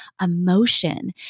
emotion